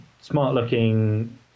smart-looking